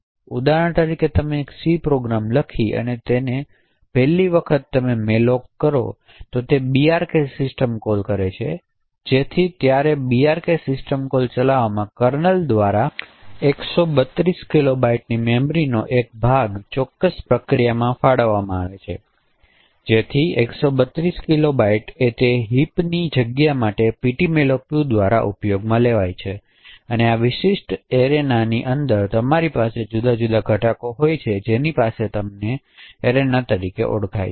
તેથી ઉદાહરણ તરીકે તમે એક સી પ્રોગ્રામ લખી અને પહેલી વખતતમે malloc તો તે brk સિસ્ટમ કોલને કોલ કરે છેજેથીત્યારે brk સિસ્ટમ કોલને ચલાવવામાં કર્નલ દ્વારા 132 કિલોબાઇટની મેમરીનો એક ભાગ ચોક્કસ પ્રક્રિયામાં ફાળવવામાં આવશે જેથી 132 કિલોબાઇટ્સ તેની હિપની જગ્યા માટે ptmalloc2 દ્વારા ઉપયોગમાં લેવાય તેથી આ વિશિષ્ટ એરેનાની અંદર તમારી પાસે જુદા જુદા ઘટકો હોય છે જેની પાસે તમને એરેના તરીકે ઓળખાય છે